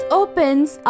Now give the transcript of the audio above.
opens